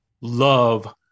love